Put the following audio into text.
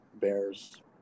bears